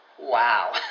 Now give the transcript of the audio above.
Wow